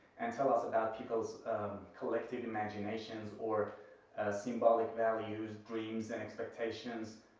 and tell us about people's collective imaginations or symbolic values, dreams and expectations,